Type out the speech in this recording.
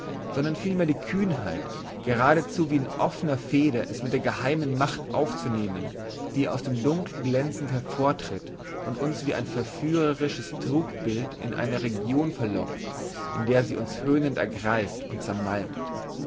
sondern vielmehr die kühnheit geradezu wie in offener fehde es mit der geheimen macht aufzunehmen die aus dem dunkel glänzend hervortritt und uns wie ein verführerisches trugbild in eine region verlockt in der sie uns höhnend ergreift und zermalmt